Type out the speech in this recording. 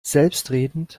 selbstredend